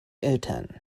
hutton